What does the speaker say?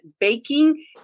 baking